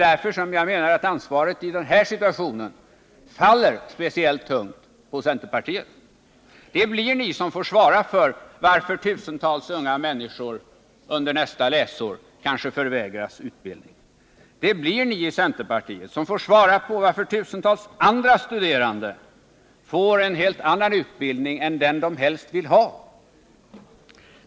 I den här situationen faller ansvaret speciellt tungt på centerpartiet. Det blir ni i centerpartiet som får ta ansvaret, om tusentals unga människor under nästa läsår förvägras utbildning. Det blir ni som får ta ansvaret, om tusentals studerande får en helt annan utbildning än den de helst vill ha.